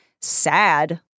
sad